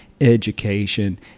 education